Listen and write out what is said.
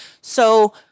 So-